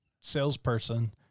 Salesperson